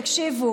תקשיבו.